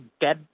dead